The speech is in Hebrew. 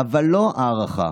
אבל לא הערכה.